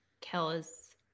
Kellis